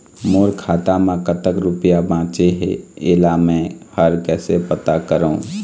मोर खाता म कतक रुपया बांचे हे, इला मैं हर कैसे पता करों?